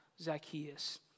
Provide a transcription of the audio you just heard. Zacchaeus